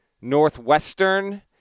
Northwestern